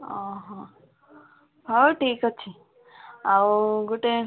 ଅ ହଁ ହଉ ଠିକ୍ ଅଛି ଆଉ ଗୁଟେ